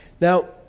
Now